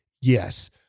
Yes